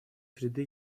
среды